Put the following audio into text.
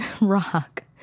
Rock